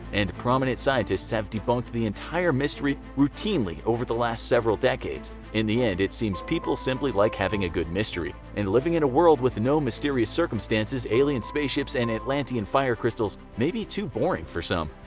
and prominent scientists have debunked the entire mystery routinely over the last several decades. in the end it seems people simply like having a good mystery, and living in a world with no mysterious circumstances, alien space ships, and atlantean fire crystals may be too boring for some.